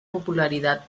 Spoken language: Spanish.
popularidad